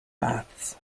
baths